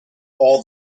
all